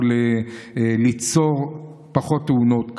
זה יכול להפחית מאוד תאונות,